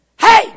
hey